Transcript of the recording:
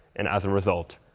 and as a result,